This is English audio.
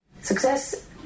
Success